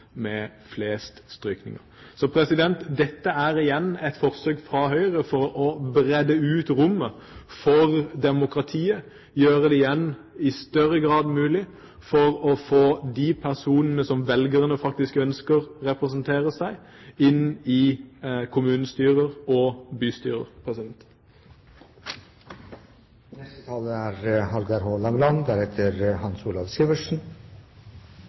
med flest strykninger. Dette er igjen et forsøk fra Høyre på å breie ut rommet for demokratiet og i større grad igjen gjøre det mulig å få de personene som velgerne faktisk ønsker skal representere seg, inn i kommunestyrer og bystyrer.